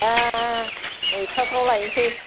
दा नयथाफ्राव लायनोसै